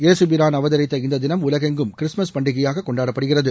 ஏசு பிரான் அவதரித்த இந்த தினம் உலகெங்கும் கிறிஸ்துமஸ் பண்டிகையாக கொண்டாடப்படுகிறது